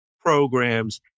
programs